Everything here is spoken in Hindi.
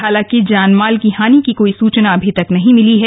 हालांकि जान माल की हानि की कोई सुचना अभी तक नहीं मिली है